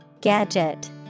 Gadget